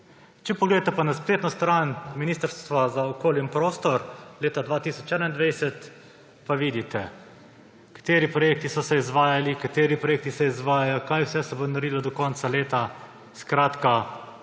Če pogledate pa na spletno stran Ministrstva za okolje in prostor leta 2021, pa vidite, kateri projekti so se izvajali, kateri projekti se izvajajo, kaj vse se bo naredilo do konca leta; skratka,